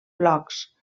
blocs